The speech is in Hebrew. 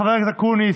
חבר הכנסת אקוניס,